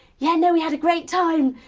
yeah and we had a great time.